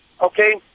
Okay